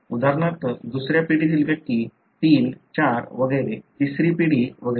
उदाहरणार्थ दुसऱ्या पिढीतील व्यक्ती 3 4 वगैरे तिसरी पिढी वगैरे